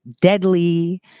deadly